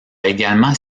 également